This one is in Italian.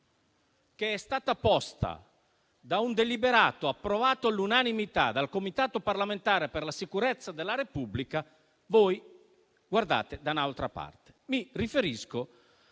che è stata posta da un deliberato approvato all'unanimità dal Comitato parlamentare per la sicurezza della Repubblica, guardate da un'altra parte. Mi riferisco